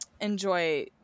enjoy